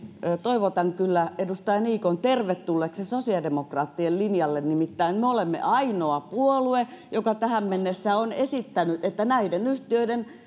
toivotan kyllä edustaja niikon tervetulleeksi sosiaalidemokraattien linjalle nimittäin me olemme ainoa puolue joka tähän mennessä on esittänyt että näiden yhtiöiden